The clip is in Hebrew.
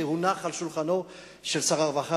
שהונח על שולחנו של שר הרווחה,